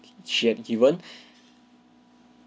she had given